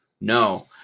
No